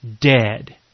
dead